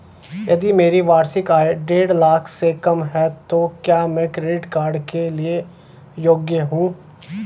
यदि मेरी वार्षिक आय देढ़ लाख से कम है तो क्या मैं क्रेडिट कार्ड के लिए योग्य हूँ?